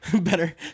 better